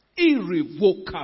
Irrevocable